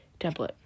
template